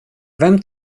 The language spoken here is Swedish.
vem